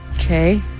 Okay